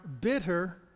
bitter